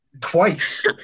twice